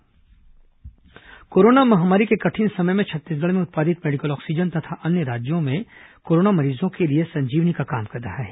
oxygen आप्रर्ति corona महामारी के कठिन समय में छत्तीसगढ़ में उत्पादित मेडिकल ऑक्सीजन अन्य राज्यों में कोरोना मरीजों के लिये संजीवनी का काम कर रहा है